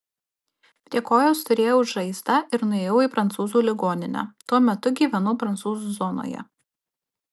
prie kojos turėjau žaizdą ir nuėjau į prancūzų ligoninę tuo metu gyvenau prancūzų zonoje